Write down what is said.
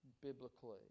biblically